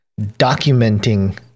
documenting